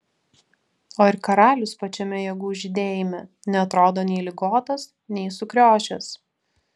o ir karalius pačiame jėgų žydėjime neatrodo nei ligotas nei sukriošęs